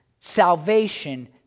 salvation